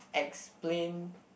explain